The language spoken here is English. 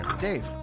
Dave